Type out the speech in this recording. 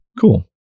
cool